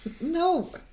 No